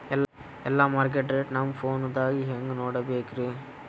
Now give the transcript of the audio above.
ಎಲ್ಲಾ market rate ನಮ್ ಫೋನದಾಗ ಹೆಂಗ ನೋಡಕೋಬೇಕ್ರಿ?